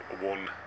one